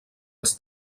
els